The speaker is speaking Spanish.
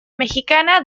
mexicana